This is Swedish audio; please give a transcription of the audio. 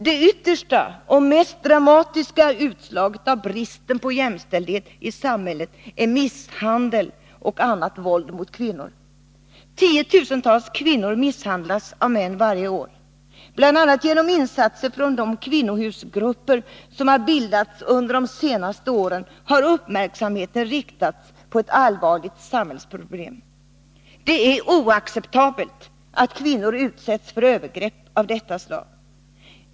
Det yttersta och mest dramatiska utslaget av bristen på jämställdhet i samhället är misshandel och annat våld mot kvinnor. Tiotusentals kvinnor misshandlas av män varje år. Bl. a. genom insatser från de kvinnohusgrupper som har bildats under de senaste åren har uppmärksamheten riktats på ett allvarligt samhällsproblem. Det är oacceptabelt att kvinnor utsätts för övergrepp av detta slag.